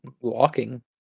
walking